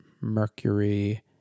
Mercury